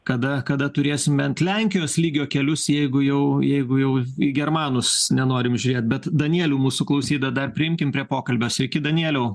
kada kada turėsim bent lenkijos lygio kelius jeigu jau jeigu jau į germanus nenorim žiūrėt bet danielių mūsų klausytoją dar priimkim prie pokalbio sveiki danieliau